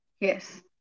yes